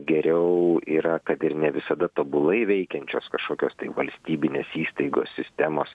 geriau yra kad ir ne visada tobulai veikiančios kažkokios tai valstybinės įstaigos sistemos